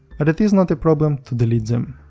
but it is not a problem to delete them.